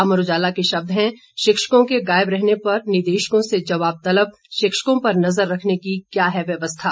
अमर उजाला के शब्द हैं शिक्षकों के गायब रहने पर निदेशकों से जवाबतलब शिक्षकों पर नजर रखने की क्या है व्यवस्था